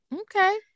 Okay